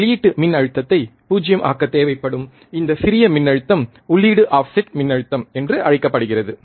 வெளியீட்டு மின்னழுத்தத்தை பூஜ்யம் ஆக்கத் தேவைப்படும் இந்தச் சிறிய மின் அழுத்தம் உள்ளீடு ஆஃப்செட் மின்னழுத்தம் என்று அழைக்கப்படுகிறது